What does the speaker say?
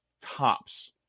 tops